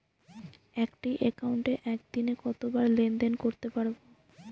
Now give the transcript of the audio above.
একটি একাউন্টে একদিনে কতবার লেনদেন করতে পারব?